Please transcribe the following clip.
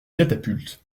catapultes